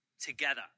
together